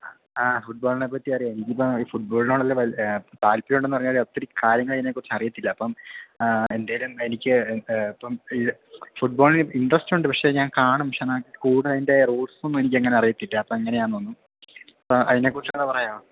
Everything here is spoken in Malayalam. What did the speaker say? ആ ആ ഫുട്ബോളിനെപ്പറ്റി അറിയുമോ എനിക്കിപ്പം ഫുട്ബോളിനോടുള്ള വലിയ താൽപര്യം ഉണ്ടെന്ന് പറഞ്ഞാലും ഒത്തിരി കാര്യങ്ങൾ ഇതിനെക്കുറിച്ച് അറിയത്തില്ല അപ്പം എന്തെങ്കിലും എനിക്ക് ഇപ്പം ഈ ഫുട്ബോളിന് ഇൻട്രസ്റ്റ് ഉണ്ട് പക്ഷെ ഞാൻ കാണും പക്ഷെ എന്നാൽ കൂടുതലും അതിൻ്റെ റൂൾസ് ഒന്നും എനിക്ക് അങ്ങനെ അറിയത്തില്ല അപ്പം എങ്ങനെയാണെന്നൊന്നും അപ്പോൾ അതിനെക്കുറിച്ച് ഒന്നു പറയാമോ